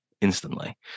instantly